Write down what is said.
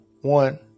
one